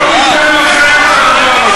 לא ניתן לכם כדבר הזה.